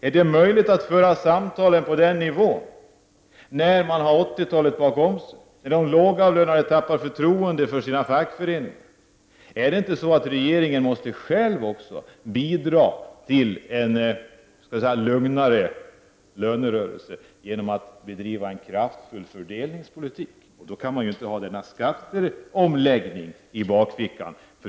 Är det möjligt att föra samtal på den nivån när man har 80-talet bakom sig och de lågavlönade har tappat förtroende för sina fackföreningar? Är det inte så att regeringen själv också måste bidra till en lugnare lönerörelse genom att bedriva kraftfull fördelningspolitik? Då skall man inte ha skatteomläggningen i bakfickan.